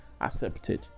accepted